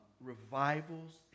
revivals